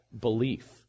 belief